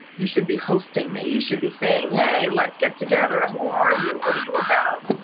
you should be hosting me, you should be saying, hey, let's get together, who are you, what are you about?